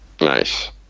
Nice